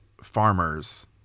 farmers